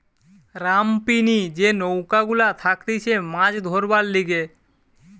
রামপিনি যে নৌকা গুলা থাকতিছে মাছ ধরবার লিগে